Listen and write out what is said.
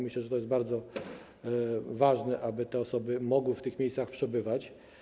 Myślę, że to jest bardzo ważne, aby te osoby mogły w tych miejscach przebywać.